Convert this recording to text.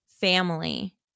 family